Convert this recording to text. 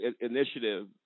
initiative